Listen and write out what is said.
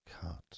cut